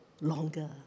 longer